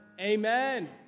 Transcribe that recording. amen